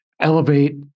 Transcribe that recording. elevate